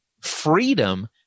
freedom